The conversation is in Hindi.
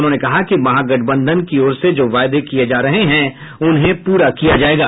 उन्होंने कहा कि महागठबंधन की ओर से जो वायदे किये जा रहे हैं उन्हें पूरा किया जायेगा